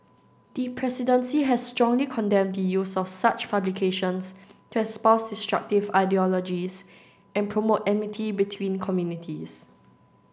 the presidency has strongly condemned the use of such publications to espouse destructive ideologies and promote enmity between communities